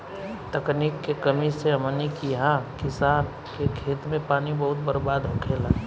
तकनीक के कमी से हमनी किहा किसान के खेत मे पानी बहुत बर्बाद होखेला